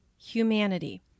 humanity